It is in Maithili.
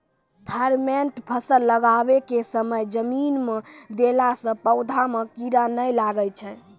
थाईमैट फ़सल लगाबै के समय जमीन मे देला से पौधा मे कीड़ा नैय लागै छै?